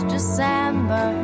December